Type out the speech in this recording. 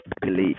believe